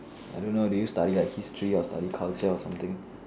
I don't know did you study like history or study culture or something